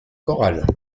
chorales